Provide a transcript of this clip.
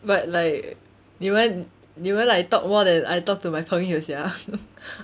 but like 你们你们 like talk more then I talk to my 朋友 sia